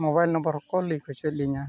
mobile number ᱦᱚᱸᱠᱚ link ᱦᱚᱪᱚᱭᱮᱫ ᱞᱤᱧᱟ